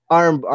arm